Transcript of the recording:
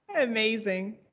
amazing